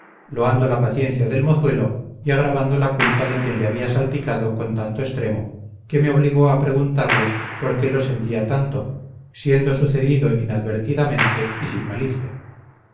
quisiera loando la paciencia del mozuelo y agravando la culpa de quien le había salpicado con tanto extremo que me obligó a preguntarle por qué lo sentía tanto siendo sucedido inadvertidamente y sin malicia